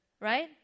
right